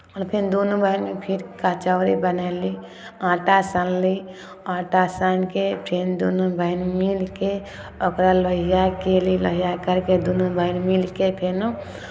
आओर फेर दुनू बहीन फेर कचौड़ी बनयली आँटा सनली आँटा सानि कऽ फेर दुनू बहीन मिलि कऽ ओकरा लोहिया कयली लोहिया करि कऽ दुनू बहीन मिलि कऽ फेरो